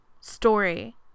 story